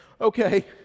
okay